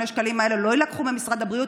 השקלים האלה לא יילקחו ממשרד הבריאות.